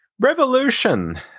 revolution